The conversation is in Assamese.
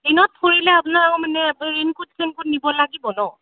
দিনত ফুৰিলে আপোনালোকৰ মানে এই ৰেইন কুট চেইন কুট নিব লাগিব ন